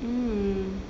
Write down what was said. mm